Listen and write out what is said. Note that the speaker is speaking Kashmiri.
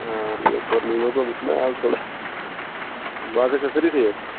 مےٚ چھُنا از تھوڑا باقٕے چھِوا سأری ٹھیٖک